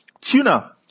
Tuna